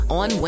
on